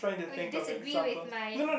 oh you disagree with my